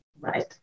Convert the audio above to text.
right